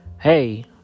hey